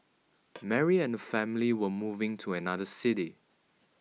Mary and her family were moving to another city